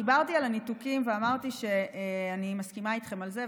דיברתי על הניתוקים ואמרתי שאני מסכימה איתכם על זה,